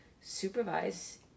supervise